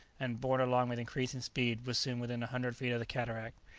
and, borne along with increasing speed, was soon within a hundred feet of the cataract.